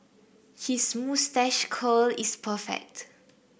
his moustache curl is perfect